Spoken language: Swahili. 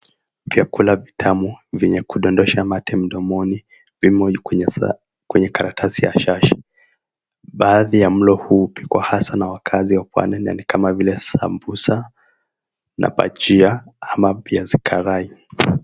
Vyakula vitamu venye kudondosha mate mdomoni vimo kwenye karatasi ya shashi, baadhi ya mlo huu hupikwa hasa na wakaazi wa pwani na ni kama vile sambusa na bajia au viazi karai.